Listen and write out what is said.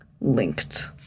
linked